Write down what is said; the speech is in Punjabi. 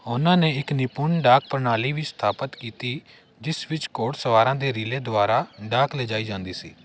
ਉਹਨਾਂ ਨੇ ਇੱਕ ਨਿਪੁੰਨ ਡਾਕ ਪ੍ਰਣਾਲੀ ਵੀ ਸਥਾਪਤ ਕੀਤੀ ਜਿਸ ਵਿੱਚ ਘੋੜਸਵਾਰਾਂ ਦੇ ਰੀਲੇਅ ਦੁਆਰਾ ਡਾਕ ਲਿਜਾਈ ਜਾਂਦੀ ਸੀ